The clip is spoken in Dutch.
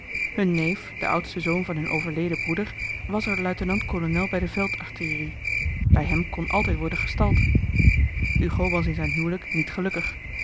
hun neef de oudste zoon van hun overleden broeder was er luitenant-kolonel bij de veld artillerie bij hem kon altijd worden gestald hugo was in zijn huwelijk niet gelukkig